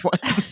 one